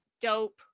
dope